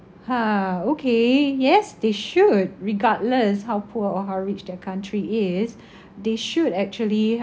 ha okay yes they should regardless how poor or how rich their country is they should actually